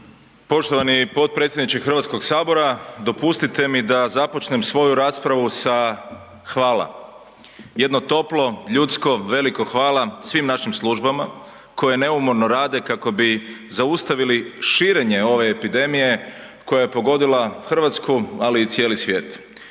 Poštovani potpredsjedniče HS dopustite mi da započnem svoju raspravu sa „Hvala“. Jedno toplo, ljudsko, veliko hvala svim našim službama koje neumorno rade kako bi zaustavili širenje ove epidemije koja je pogodila RH, ali i cijeli svijet.